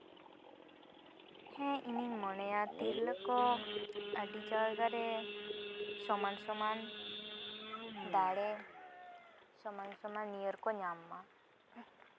ᱦᱮᱸ ᱤᱧᱤᱧ ᱢᱚᱱᱮᱭᱟ ᱛᱤᱨᱞᱟᱹ ᱠᱚ ᱟᱹᱰᱤ ᱡᱟᱭᱜᱟᱨᱮ ᱥᱚᱢᱟᱱ ᱥᱚᱢᱟᱱ ᱫᱟᱲᱮ ᱥᱚᱢᱟᱱ ᱥᱚᱢᱟᱱ ᱱᱤᱭᱟᱹᱨ ᱠᱚ ᱧᱟᱢ ᱢᱟ